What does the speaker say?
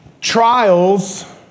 trials